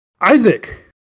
isaac